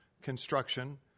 construction